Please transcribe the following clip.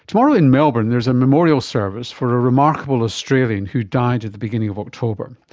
tomorrow in melbourne there's a memorial service for a remarkable australian who died at the beginning of october.